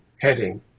heading